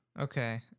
Okay